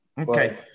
Okay